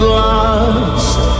lost